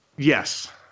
Yes